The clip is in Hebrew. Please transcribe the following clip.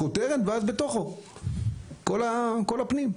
כותרת ואז בתוכו כל הפנים.